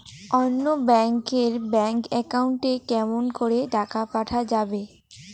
অন্য ব্যাংক এর bank account এ কেমন করে টাকা পাঠা যাবে?